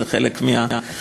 וזה חלק מהמקצוע,